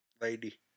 lady